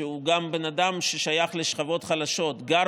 שגם בן אדם ששייך לשכבות חלשות וגר